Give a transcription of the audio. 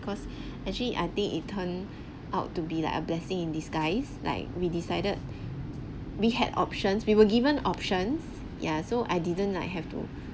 cause actually I think it turn out to be like a blessing in disguise like we decided we had options we were given options yeah so I didn't like have to